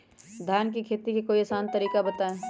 धान के खेती के कोई आसान तरिका बताउ?